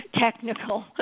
Technical